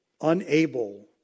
unable